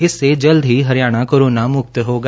इससे जल्द ही हरियणा कोरोना मुक्त होगा